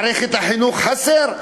למערכת החינוך, חסר.